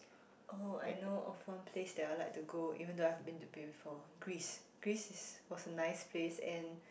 oh I know a fun place that I'd like to go even though I've been to it before Greece Greece is was a nice place and